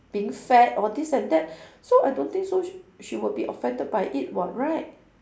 being fat all this and that so I don't think so sh~ she will be offended by it what right